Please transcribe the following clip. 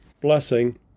blessing